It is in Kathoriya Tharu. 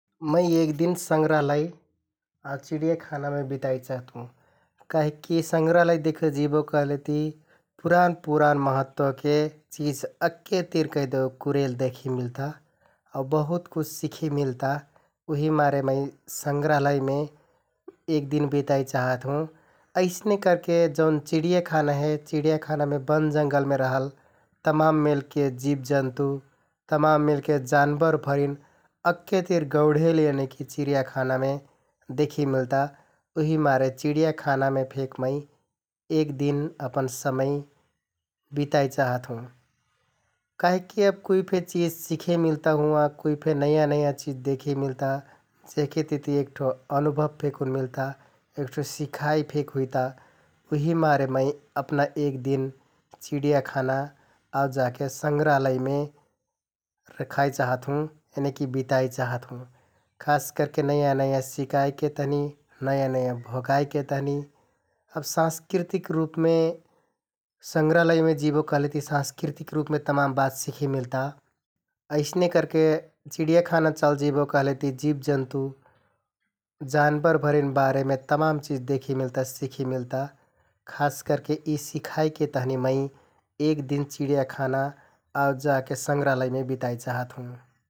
मै एक दिन संग्राहलय आउ चिडियाखानामे बिताइ चहतुँ काहिककि संग्राहलय देखे जिबो कहलेति पुरान पुरान महत्वके चिझ अक्के तिर कैहदेउ कुरेल देखे मिलता । आउ बहुत कुछ सिखे मिलता उहिमारे मै संग्राहलयमे एक दिन बिताइ चाहाथुँ । अइसने करके जौन चिडियाखाना हे, चिडियाखानामे बन जंगलमे रहल तमाम मेलके जिबजन्तु, तमाम मेलके जानबरभरिन अक्केतिर गौढेल यनिकि चिडियाखानामे देखे मिलता उहिमारे चिडियाखानामे फेक मै एक दिन अपन समय बिताइ चाहाथुँ । काहिकि कुइ फेक चिझ सिखे मिलता हुँवाँ, कुइ फे नयाँ नयाँ चिझ देखे मिलता । जेहके तिति एक ठो अनुभव फेकुन मिलता, एक ठो सिखाइ फेक हुइता उहिमारे मै अपना एक दिन चिडियाखाना आउ जाके संग्राहलयमे रखाइ चाहाथुँ यनिकि बिताइ चाहाथुँ । खास करके नयाँ नयाँ सिकाइके तहनि, नयाँ नयाँ भोगाइके तहनि अब साँस्कृतिक रुपमे संग्राहलयमे जिबो कहलेतिति साँस्कृतिक रुपमे तमाम बात सिखे मिलता । अइसने करके चिडियाखाना चलजिबो कहलेति जिबजन्तु, जानबरभरिन बारेमे तमाम चिझ देखे मिलता, सिखे मिलता । खास करके यि सिखाइके तहनि मै एक दिन चिडियाखाना आउ जाके संग्राहलयमे बिताइ चाहाथुँ ।